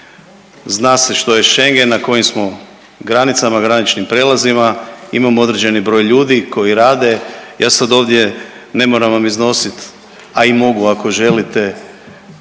Zna se što je Schengen, na kojim smo granicama i graničnim prijelazima, imamo određeni broj ljudi koji rade. Ja sad ovdje ne moram vam iznosit, a i mogu ako želite